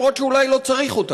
אף שאולי לא צריך אותה.